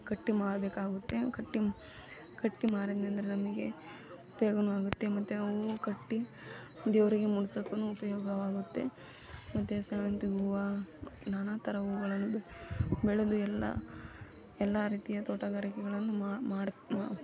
ಕಟ್ಟಿ ಮಾರಬೇಕಾಗುತ್ತೆ ಕಟ್ಟಿ ಕಟ್ಟಿ ಮಾರಿಂದನೆಂದ್ರೆ ನಮಗೆ ಉಪಯೋಗವೂ ಆಗುತ್ತೆ ಮತ್ತು ಹೂ ಕಟ್ಟಿ ದೇವರಿಗೆ ಮೂಡ್ಸೋಕ್ಕೂ ಉಪಯೋಗವಾಗುತ್ತೆ ಮತ್ತು ಸೇವಂತಿ ಹೂವು ನಾನಾ ಥರ ಹೂವುಗಳನ್ನು ಬೆಳೆದು ಎಲ್ಲ ಎಲ್ಲ ರೀತಿಯ ತೋಟಗಾರಿಕೆಗಳನ್ನು ಮಾಡಿ ಮಾ